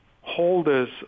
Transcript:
holders